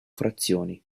frazioni